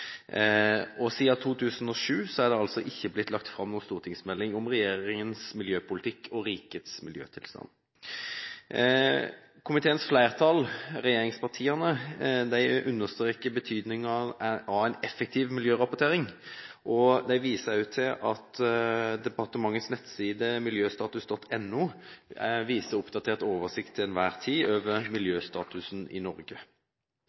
miljøpolitikk. Siden 2007 er det ikke blitt lagt fram noen stortingsmelding om regjeringens miljøpolitikk og rikets miljøtilstand. Komiteens flertall, regjeringspartiene, understreker betydningen av en effektiv miljørapportering, og de viser til at departementets nettside, miljøstatus.no, til enhver tid viser en oppdatert oversikt over miljøstatusen i Norge.